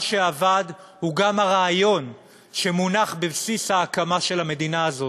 מה שאבד הוא גם הרעיון שמונח בבסיס ההקמה של המדינה הזאת: